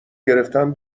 گرفتن